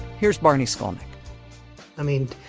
here's barney skolnik i mean,